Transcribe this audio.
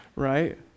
right